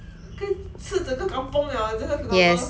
可以吃整个 kampung 了 eh 这个 cucumber